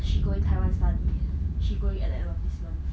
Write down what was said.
she going taiwan study she going at the end of this month